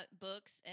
books